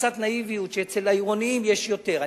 שאצל העירוניים יש יותר.